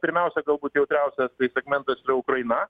pirmiausia galbūt jautriausias segmentas yra ukraina